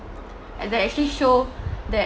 that actually show that